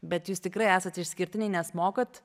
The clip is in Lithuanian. bet jūs tikrai esat išskirtiniai nes mokat